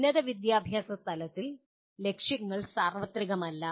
ഉന്നത വിദ്യാഭ്യാസ തലത്തിൽ ലക്ഷ്യങ്ങൾ സാർവത്രികമല്ല